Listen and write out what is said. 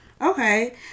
okay